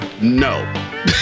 no